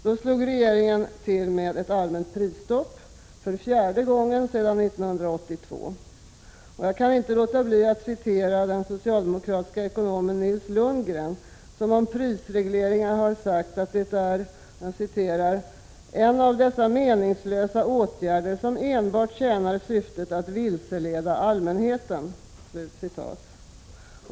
Då slog regeringen till med ett allmänt prisstopp, för fjärde gången sedan 1982. Jag kan inte låta bli att citera den socialdemokratiske ekonomen Nils Lundgren, som om prisreglering sagt att det är ”en av dessa meningslösa åtgärder som enbart tjänar syftet att vilseleda allmänheten”.